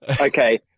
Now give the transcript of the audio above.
Okay